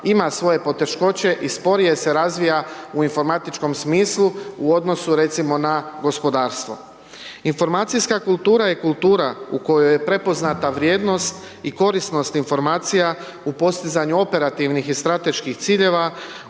ima svoje poteškoće i sporije se razvija u informatičkom smislu u odnosu recimo na gospodarstvo. Informacijska kultura je kultura u kojoj je prepoznata vrijednost i korisnost informacija u postizanju operativnih i strateških ciljeva